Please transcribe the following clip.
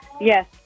Yes